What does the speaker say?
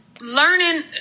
Learning